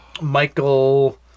Michael